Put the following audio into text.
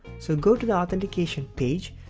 so, go to the authentication page,